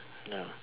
mm ya